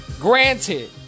Granted